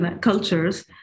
cultures